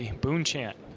and boonchant.